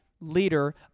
leader